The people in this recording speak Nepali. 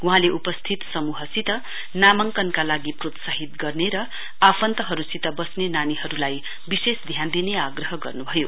वहाँले उपस्थित समूहसित नामाङ्कनका लागि प्रोत्साहित गर्ने र आफन्तहरुसित बस्ने नानीहरुलाई निशेष ध्यान दिने आग्रह गर्न्भयो